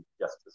justice